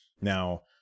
Now